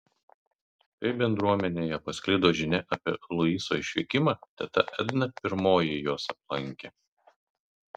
kai bendruomenėje pasklido žinia apie luiso išvykimą teta edna pirmoji juos aplankė